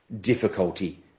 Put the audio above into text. difficulty